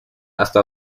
hasta